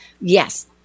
yes